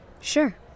Sure